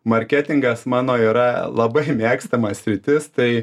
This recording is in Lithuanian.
marketingas mano yra labai mėgstama sritis tai